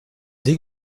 dès